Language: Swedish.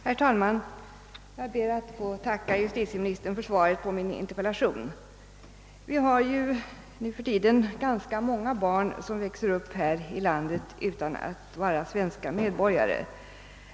Herr talman! Jag ber att få tacka justitieministern för svaret på min interpellation. Nuförtiden växer ganska många barn upp här i landet utan att vara svenska medborgare.